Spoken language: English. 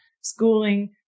schooling